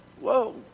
whoa